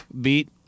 beat